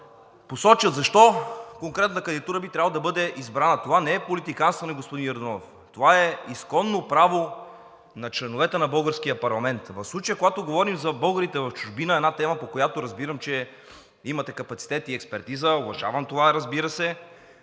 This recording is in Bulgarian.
защо конкретната кандидатура би трябвало да бъде избрана. Това не е политиканстване, господин Йорданов. Това е изконно право на членовете на българския парламент. В случая, когато говорим за българите в чужбина – една тема, по която разбирам, че имате капацитет и експертиза, уважавам това, разбира се,